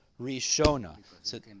Rishona